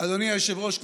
אדוני היושב-ראש,